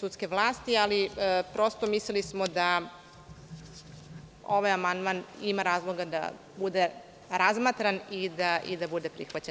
sudske vlasti, ali prosto smo mislili da ovaj amandman ima razloga da bude razmatran i da bude prihvaćen.